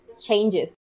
changes